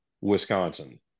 Wisconsin